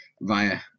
via